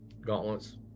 gauntlets